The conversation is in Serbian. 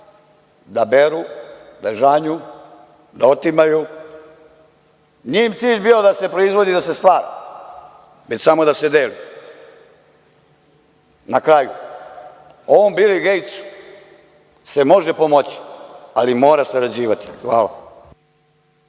da beru, da žanju, da otimaju, nije im bio cilj da se proizvodi i da se stvara, već samo da se deli. Na kraju, ovom Bil Gejtsu se može pomoći, ali mora sarađivati. Hvala.